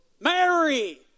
Mary